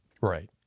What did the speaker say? Right